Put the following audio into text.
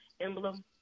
emblem